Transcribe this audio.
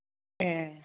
ए